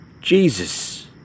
Jesus